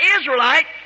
Israelite